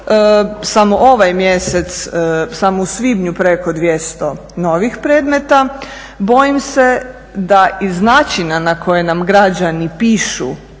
samo ovaj mjesec samo u svibnju preko 200 novih predmeta. Bojim se da iz načina na koje nam građani pišu